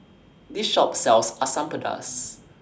This Shop sells Asam Pedas